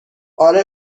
آره